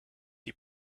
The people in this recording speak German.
die